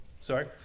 Sorry